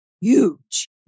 huge